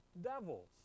devils